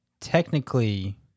technically